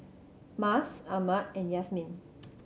Mas Ahmad and Yasmin